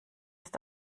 ist